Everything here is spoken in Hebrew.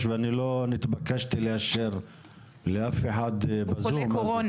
לא שמעתי את דברי חברת הכנסת מראענה